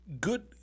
good